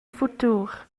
futur